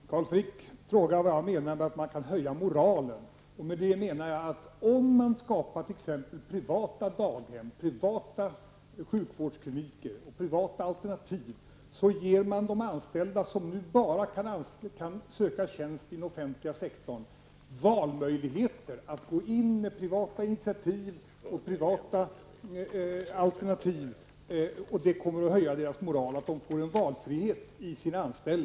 Herr talman! Carl Frick frågar vad jag menar med att man kan höja moralen. Med det menar jag att om man skapar t.ex. privata daghem, privata sjukvårdskliniker och privata alternativ så ger man de anställda, som nu bara kan söka tjänst i den offentliga sektorn, valmöjligheter att gå in med privata initiativ och privata alternativ. Att de de får en valfrihet i sin anställning kommer att höja deras moral.